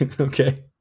Okay